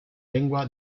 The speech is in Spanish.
lengua